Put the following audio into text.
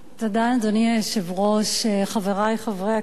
אדוני היושב-ראש, תודה, חברי חברי הכנסת,